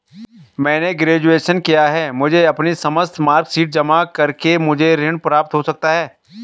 मैंने ग्रेजुएशन किया है मुझे अपनी समस्त मार्कशीट जमा करके मुझे ऋण प्राप्त हो सकता है?